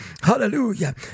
hallelujah